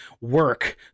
work